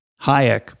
Hayek